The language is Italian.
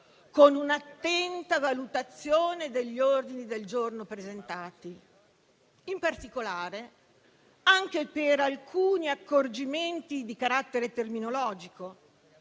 con un'attenta valutazione degli ordini del giorno presentati, in particolare anche per alcuni accorgimenti di carattere terminologico,